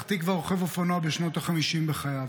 תקווה רוכב אופנוע בשנות החמישים לחייו.